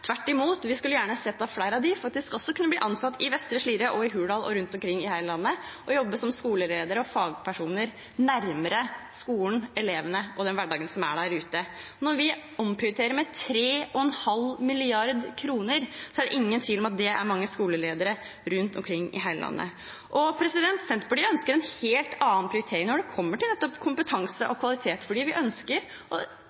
Tvert imot – vi skulle gjerne sett at flere av dem faktisk kunne blitt ansatt i Vestre Slidre, i Hurdal og rundt omkring i hele landet og jobbet som skoleledere og fagpersoner nærmere skolen, elevene og den hverdagen som er der ute. Når vi omprioriterer med 3,5 mrd. kr, er det ingen tvil om at det utgjør mange skoleledere rundt omkring i hele landet. Senterpartiet ønsker en helt annen prioritering når det gjelder nettopp kompetanse og